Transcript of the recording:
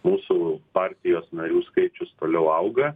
mūsų partijos narių skaičius toliau auga